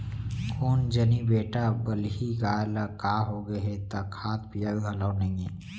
कोन जनी बेटा बलही गाय ल का होगे हे त खात पियत घलौ नइये